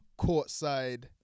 courtside